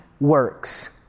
works